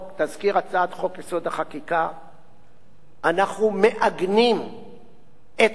החקיקה אנחנו מעגנים את כל חוקי-היסוד